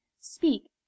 speak